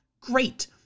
great